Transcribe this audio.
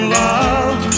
love